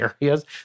areas